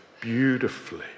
beautifully